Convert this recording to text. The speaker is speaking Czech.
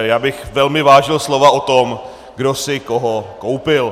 Já bych velmi vážil slova o tom, kdo si koho koupil.